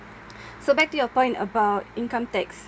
so back to your point about income tax